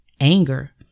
anger